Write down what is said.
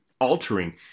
altering